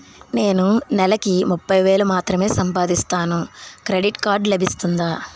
నేను నెల కి ముప్పై వేలు మాత్రమే సంపాదిస్తాను క్రెడిట్ కార్డ్ లభిస్తుందా?